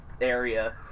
area